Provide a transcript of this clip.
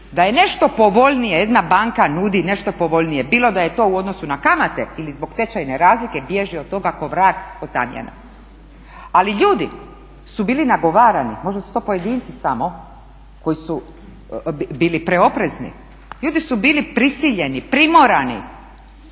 da je nešto povoljnije, jedna banka nudi nešto povoljnije bilo da je to u odnosu na kamate ili zbog tečajne razlike bježi od toga ko vrag od tamjana. Ali ljudi su bili nagovarani. Možda su to pojedinci samo koji su bili preoprezni. Ljudi su bili prisiljeni, primorani.